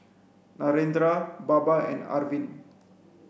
Narendra Baba and Arvind